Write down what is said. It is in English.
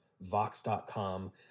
Vox.com